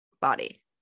body